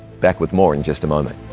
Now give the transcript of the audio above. back with more in just a moment.